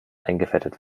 eingefettet